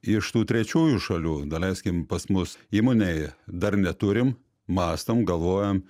iš tų trečiųjų šalių daleiskim pas mus įmonėj dar neturim mąstom galvojam